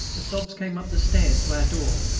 the sobs came up the stairs to our door,